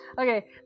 Okay